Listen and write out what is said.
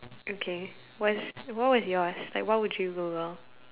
okay what's what was yours like what would you Google